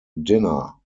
dinner